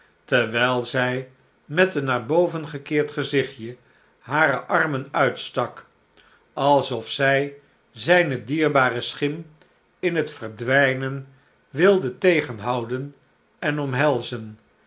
terwijl zij met een naar boven gekeerd gezichtje hare armen uitstak alsof zij zijne dierbare schim in het verdwijnen wilde tegenhouden en omhelzen